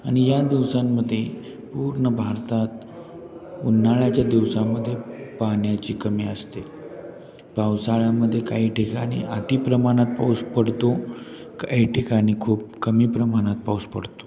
आणि या दिवसांमध्ये पूर्ण भारतात उन्हाळ्याच्या दिवसामध्ये पाण्याची कमी असते पावसाळ्यामध्ये काही ठिकाणी अति प्रमाणात पाऊस पडतो काही ठिकाणी खूप कमी प्रमाणात पाऊस पडतो